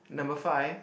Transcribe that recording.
number five